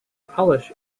polish